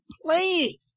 playing